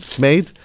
made